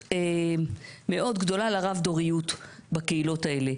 מאוד גדולה לרב דוריות בקהילות האלה.